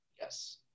Yes